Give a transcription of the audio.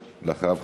אחריו,